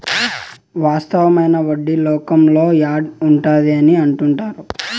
వాస్తవమైన వడ్డీ లోకంలో యాడ్ ఉన్నది అని అంటుంటారు